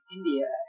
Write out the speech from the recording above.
India